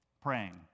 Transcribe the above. praying